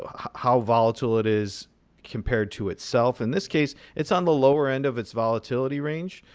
ah how volatile it is compared to itself. in this case, it's on the lower end of its volatility range.